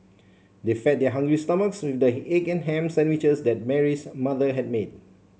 they fed their hungry stomachs with the egg and ham sandwiches that Mary's mother had made